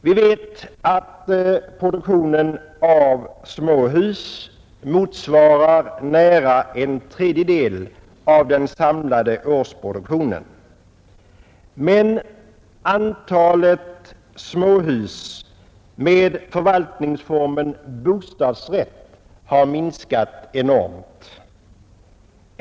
Vi vet att produktionen av småhus motsvarar nära en tredjedel av den samlade årsproduktionen. Men antalet småhus med förvaltningsformen bostadsrätt har minskat enormt.